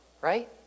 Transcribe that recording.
right